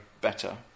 better